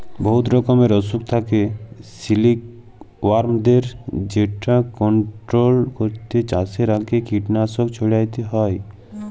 বহুত রকমের অসুখ থ্যাকে সিলিকওয়ার্মদের যেট কলট্রল ক্যইরতে চাষের আগে কীটলাসক ছইড়াতে হ্যয়